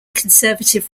conservative